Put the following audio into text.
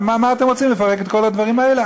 מה אתם רוצים, לפרק את כל הדברים האלה?